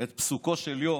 את פסוקו של יום,